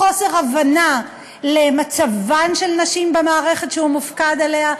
חוסר הבנה למצבן של נשים במערכת שהוא מופקד עליה,